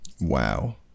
Wow